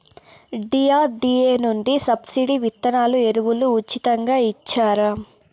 DRDA నుండి subsidy విత్తనాలు ఎరువులు ఉచితంగా ఇచ్చారా?